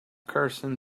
carson